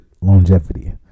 longevity